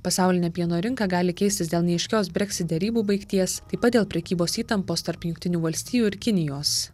pasaulinė pieno rinka gali keistis dėl neaiškios breksit derybų baigties taip pat dėl prekybos įtampos tarp jungtinių valstijų ir kinijos